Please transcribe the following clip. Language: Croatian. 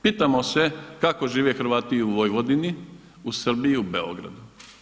Pitamo se kako žive Hrvati u Vojvodini, u Srbiji i u Beogradu.